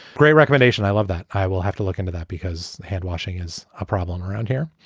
great recommendation, i love that. i will have to look into that because hand-washing is a problem around here.